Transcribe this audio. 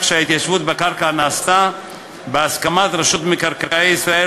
שההתיישבות בקרקע נעשתה "בהסכמת רשות מקרקעי ישראל